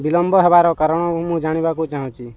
ବିଲମ୍ବ ହେବାର କାରଣ ମୁଁ ଜାଣିବାକୁ ଚାହୁଁଛି